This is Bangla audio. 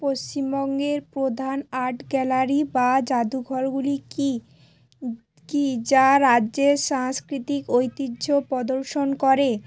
পশ্চিমবঙ্গের প্রধান আর্ট গ্যালারি বা যাদুঘরগুলি কী কী যা রাজ্যের সাংস্কৃতিক ঐতিহ্য প্রদর্শন করে